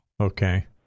Okay